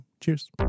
Cheers